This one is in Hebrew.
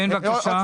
כן, בבקשה.